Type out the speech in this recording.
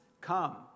come